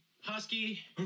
Husky